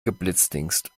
geblitzdingst